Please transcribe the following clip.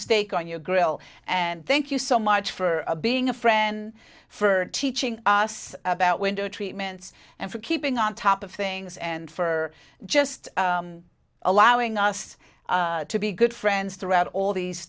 steak on your grill and thank you so much for being a friend for teaching us about window treatments and for keeping on top of things and for just allowing us to be good friends throughout all these